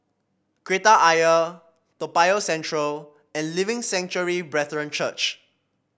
Kreta Ayer Toa Payoh Central and Living Sanctuary Brethren Church